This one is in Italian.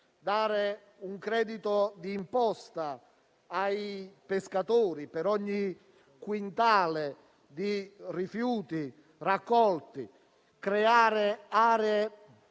dare un credito di imposta ai pescatori per ogni quintale di rifiuti raccolti; creare aree